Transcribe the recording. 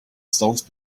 stones